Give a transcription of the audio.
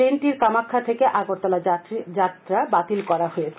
ট্রেনটির কামাখ্যা থেকে আগরতলা যাত্রা বাতিল করা হয়েছে